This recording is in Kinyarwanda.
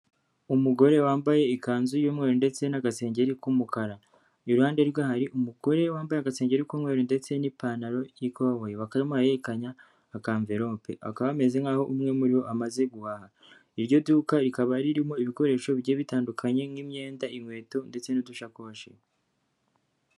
Umugore wambaye ikanzu y'umweru ndetse n'agasengeri k'umukara, iruhande rwe hari umugore wambaye agasengeri k'umweru ndetse n'ipantaro y'ikoboyi, bakaba barimo barahererekanya aka emverope, bakaba bameze nk'aho umwe muri bo amaze guhaha, iryo duka rikaba ririmo ibikoresho bigiye bitandukanye nk'imyenda, inkweto, ndetse n'udushakoshi.